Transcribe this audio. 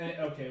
okay